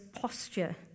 posture